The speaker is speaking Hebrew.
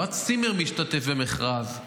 לא הצימר משתתף במכרז,